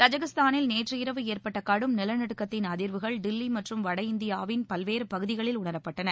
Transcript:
தஜிகிஸ்தானில் நேற்று இரவு ஏற்பட்ட கடும் நிலநடுக்கத்தின் அதிர்வுகள் தில்லி மற்றும் வட இந்தியாவின் பல்வேறு பகுதிகளில் உணரப்பட்டன